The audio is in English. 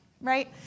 right